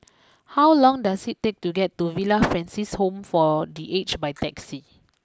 how long does it take to get to Villa Francis Home for the Aged by taxi